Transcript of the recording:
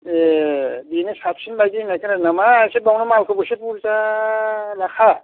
ए बिनो साबसिन बायदि होननाय खोनादों नामा एसे बावनो एसे मालखौबो बुरजा लाखा